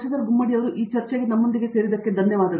ಆದ್ದರಿಂದ ನಮ್ಮೊಂದಿಗೆ ಚರ್ಚೆಗೆ ಸೇರಿದಕ್ಕೆ ಧನ್ಯವಾದಗಳು